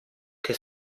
che